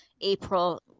April